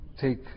Take